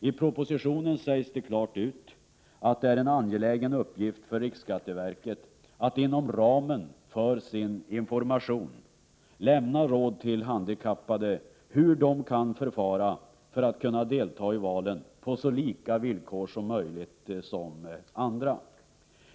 I propositionen sägs det klart ut att det är en angelägen uppgift för RSV att inom ramen för sin information lämna råd till handikappade hur de kan förfara för att kunna delta i valen på lika villkor som andra röstande.